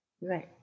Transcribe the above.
Right